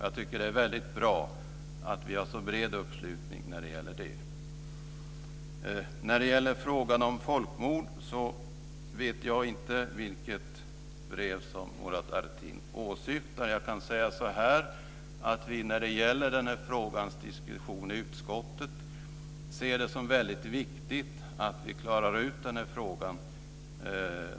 Jag tycker att det är väldigt bra att vi har så bred uppslutning kring detta. När det gäller frågan om folkmord vet jag inte vilket brev som Murad Artin åsyftar. Men jag kan säga att vi i utskottet ser det som väldigt viktigt att vi klarar ut den här frågan.